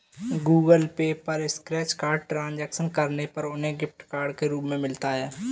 Google Pay पर scratch card transaction करने पर उन्हें गिफ्ट कार्ड के रूप में मिलता है